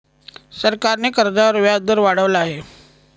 सरकारने कर्जावर व्याजदर वाढवला आहे